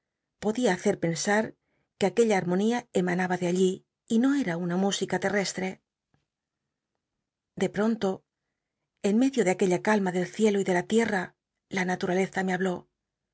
podía hacer pensar que aquella armonía emanaba de allí y no crn una música terrestre de pronto en medio de aquella calma del ciclo y de la licrta la naturaleza me habló